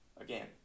again